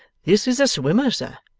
this is a swimmer, sir,